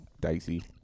dicey